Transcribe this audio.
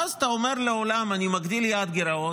ואז אתה אומר לעולם: אני מגדיל את יעד הגירעון,